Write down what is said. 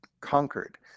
conquered